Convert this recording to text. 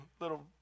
little